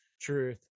truth